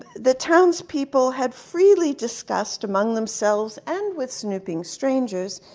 the towns people had freely discussed among themselves and with snooping strangers,